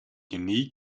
unique